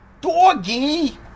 Doggy